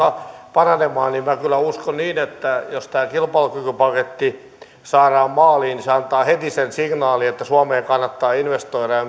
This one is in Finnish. paranemaan niin minä kyllä uskon niin että jos tämä kilpailukykypaketti saadaan maaliin se antaa heti sen signaalin että suomeen kannattaa investoida ja